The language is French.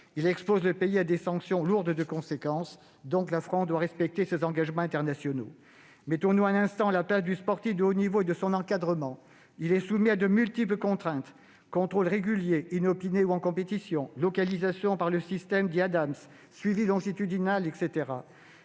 Il expose le pays à des sanctions lourdes de conséquences ; la France doit respecter ses engagements internationaux. Mettons-nous un instant à la place du sportif de haut niveau et de son encadrement ; ils sont soumis à de multiples contraintes : contrôles réguliers, inopinés ou en compétition, localisation par le système dit « Adams »